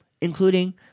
including